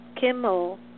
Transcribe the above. Kimmel